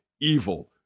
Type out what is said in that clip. evil